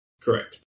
Correct